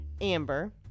amber